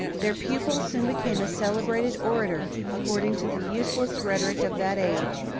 their pupil soon became a celebrated orator, according to the useless rhetoric of that age,